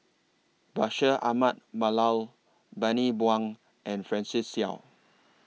Bashir Ahmad Mallal Bani Buang and Francis Seow